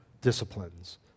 disciplines